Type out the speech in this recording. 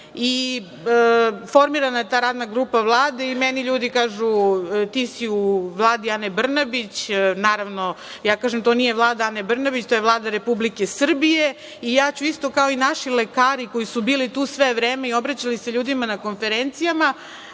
Formirana je ta radna grupa Vlade i meni ljudi kažu - ti si u Vladi Ane Brnabić. Naravno, ja kažem da to nije Vlada Ane Brnabić, da je to Vlada Republike Srbije. Ja ću isto kao i naši lekari, koji su bili tu sve vreme i obraćali se ljudima na konferencijama,